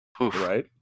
Right